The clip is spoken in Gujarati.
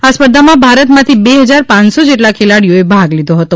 આ સ્પર્ધામાં ભારતમાંથી બે હજાર પાંચસો જેટલા ખેલાડીઓએ ભાગ લીધો હતો